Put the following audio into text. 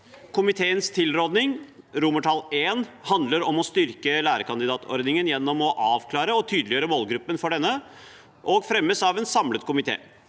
Komiteens tilråding I handler om å styrke lærekandidatordningen gjennom å avklare og tydeliggjøre målgruppen for denne, og fremmes av en samlet komité.